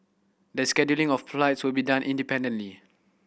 the scheduling of flights will be done independently